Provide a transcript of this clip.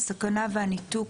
הסכנה והניתוק